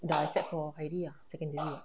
dah sec four hairi ah secondary ah